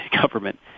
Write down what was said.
government